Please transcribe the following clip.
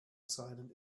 silent